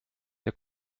der